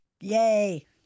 Yay